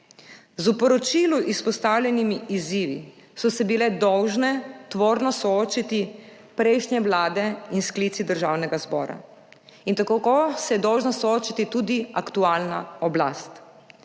Z v poročilu izpostavljenimi izzivi so se bile dolžne tvorno soočiti prejšnje vlade in sklici državnega zbora in tako se je dolžna soočiti tudi aktualna oblast,